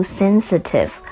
sensitive